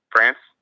France